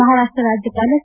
ಮಹಾರಾಷ್ಸ ರಾಜ್ಯಪಾಲ ಸಿ